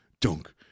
dunk